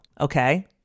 Okay